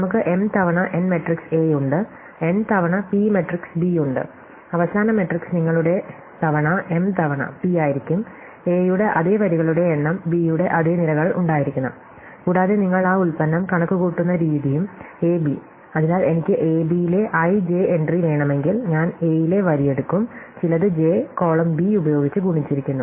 നമുക്ക് m തവണ n matrix A ഉണ്ട് n തവണ p മാട്രിക്സ് B ഉണ്ട് അവസാന മാട്രിക്സ് നിങ്ങളുടെ തവണ m തവണ p ആയിരിക്കും A യുടെ അതേ വരികളുടെ എണ്ണം B യുടെ അതേ നിരകൾ ഉണ്ടായിരിക്കണം കൂടാതെ നിങ്ങൾ ആ ഉൽപ്പന്നം കണക്കുകൂട്ടുന്ന രീതിയും A B അതിനാൽ എനിക്ക് A B യിലെ i j എൻട്രി വേണമെങ്കിൽ ഞാൻ A യിലെ വരി എടുക്കും ചിലത് j കോളം B ഉപയോഗിച്ച് ഗുണിച്ചിരിക്കുന്നു